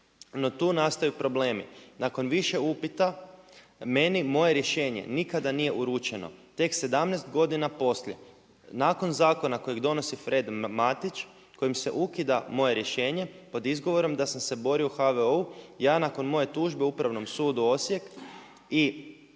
No tu nastaju problemi, nakon više upita meni moje rješenje nikada nije urečeno, tek 17 godina poslije nakon zakona kojeg donosi Fred Matić kojim se ukida moje rješenje pod izgovorom da sam se borio u HVO-u. ja nakon moje tužbe Upravnom sudu Osijek